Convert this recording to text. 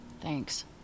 Thanks